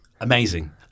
Amazing